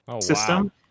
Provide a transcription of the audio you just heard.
system